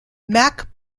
mack